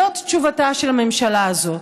זאת תשובתה של הממשלה הזאת,